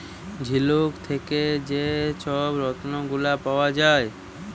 ঝিলুক থ্যাকে যে ছব রত্ল গুলা পাউয়া যায়